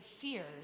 fears